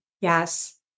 Yes